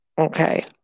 Okay